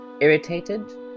irritated